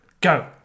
Go